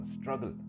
struggle